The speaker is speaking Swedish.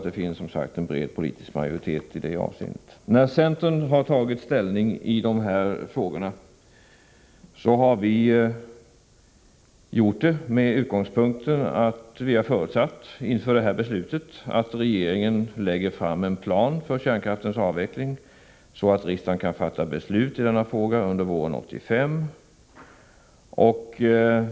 Det finns en bred politisk majoritet i det avseendet. När centern har tagit ställning i dessa frågor har centern gjort det med förutsättningen att regeringen lägger fram en plan för kärnkraftens avveckling, så att riksdagen kan fatta beslut i denna fråga under våren 1985.